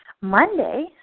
Monday